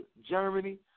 Germany